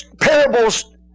parables